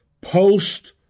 post